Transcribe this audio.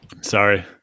sorry